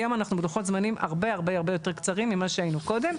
היום אנחנו בלוחות זמנים הרבה יותר קצרים ממה שהיינו קודם.